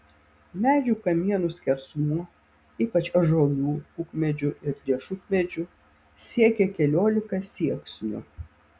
medžių kamienų skersmuo ypač ąžuolų kukmedžių ir riešutmedžių siekė keliolika sieksnių